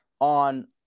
on